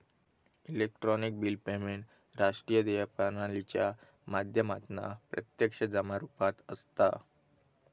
electronic bill payment राष्ट्रीय देय प्रणालीच्या माध्यमातना प्रत्यक्ष जमा रुपात असता